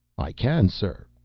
i can, sir,